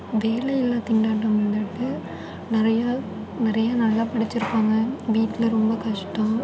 வேலையில்லா திண்டாட்டம் வந்துட்டு நிறைய நிறைய நல்லா படித்திருப்பாங்க வீட்டில் ரொம்ப கஷ்டம்